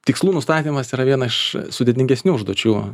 tikslų nustatymas yra viena iš sudėtingesnių užduočių